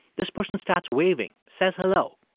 this person starts waving, says hello.